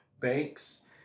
Banks